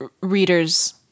readers